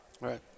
right